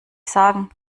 sagen